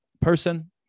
person